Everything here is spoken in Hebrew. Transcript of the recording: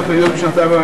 אדוני היושב-ראש,